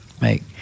make